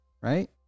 right